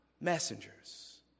messengers